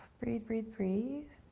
breathe, breathe, breathe.